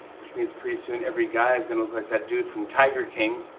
which means, pretty soon, every guy is going to look like that dude from tiger king.